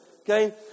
okay